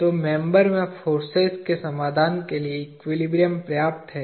तो मेंबर में फोर्सेज के समाधान के लिए एक्विलिब्रियम पर्याप्त है